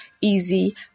easy